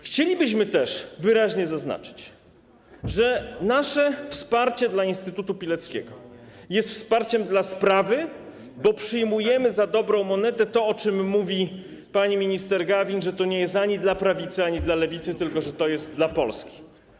Chcielibyśmy też wyraźnie zaznaczyć, że nasze wsparcie dla instytutu Pileckiego jest wsparciem dla sprawy, bo przyjmujemy za dobrą monetę to, o czym mówi pani minister Gawin, że to nie jest ani dla prawicy, ani dla lewicy, tylko że to jest dla Polski.